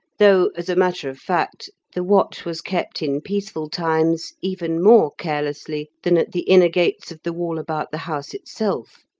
though, as a matter of fact, the watch was kept in peaceful times even more carelessly than at the inner gates of the wall about the house itself.